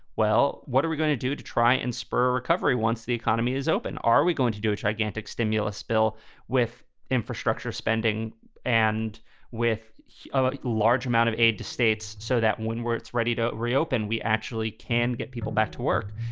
well, what are we going to do to try and spur recovery once the economy is open? are we going to do a gigantic stimulus bill with infrastructure spending and with a large amount of aid to states so that when where it's ready to reopen, we actually can get people back to work?